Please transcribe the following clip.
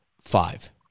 five